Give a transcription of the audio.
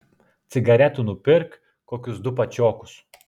cigaretų nupirk kokius du pačiokus